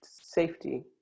safety